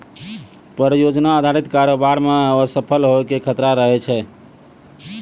परियोजना अधारित कारोबार मे असफल होय के खतरा रहै छै